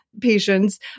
patients